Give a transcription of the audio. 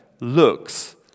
looks